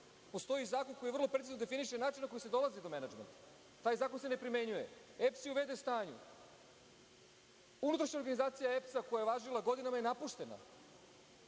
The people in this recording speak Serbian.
Postoji zakon koji vrlo precizno definiše način na koji se dolazi do menadžmenta. Taj zakon se ne primenjuje. EPS je u v.d. stanju. Unutrašnja organizacija EPS-a, koja je važila godinama, je napuštena.